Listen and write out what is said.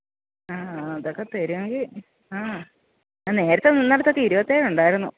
ആ അതൊക്കെ തരുമെങ്കിൽ ആ ഞാന് നേരത്തെ നിന്നടത്തൊക്കെ ഇരുപത്തി ഏഴ് ഉണ്ടായിരുന്നു